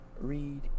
read